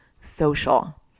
social